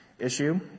issue